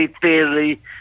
theory